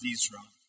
Israel